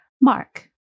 Mark